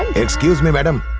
excuse me, madam.